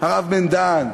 הרב בן-דהן,